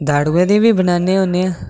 दाड़ुआं दी बी बनान्ने होन्ने आं